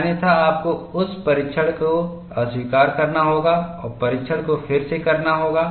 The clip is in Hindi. अन्यथा आपको उस परीक्षण को अस्वीकार करना होगा और परीक्षण को फिर से करना होगा